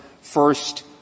first